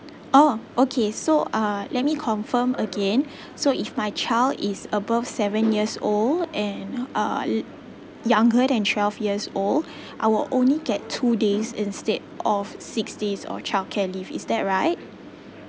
orh okay so uh let me confirm again so if my child is above seven years old and uh it younger than twelve years old I will only get two days instead of six days of childcare leave is that right